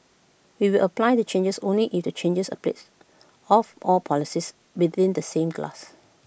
we will apply the changes only if the changes applies of all policies within the same class